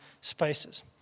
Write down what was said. spaces